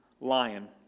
lion